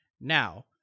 Now